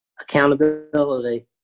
Accountability